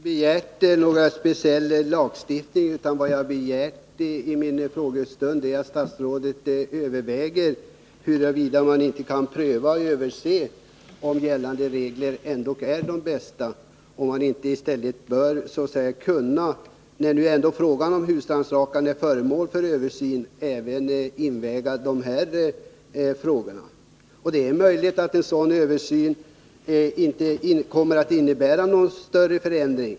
Herr talman! Jag har inte begärt någon speciell lagstiftning, utan vad jag begärt är att statsrådet överväger huruvida man inte skulle kunna pröva om gällande regler verkligen är de bästa och om man inte bör kunna väga in även dessa saker när nu frågan om husrannsakan är föremål för översyn. Det är möjligt att en sådan översyn inte kommer att medföra någon större förändring.